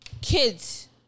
kids